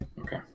okay